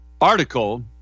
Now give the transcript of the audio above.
article